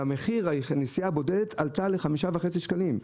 כי מחיר נסיעה בודדת עלה ל-5.5 שקלים.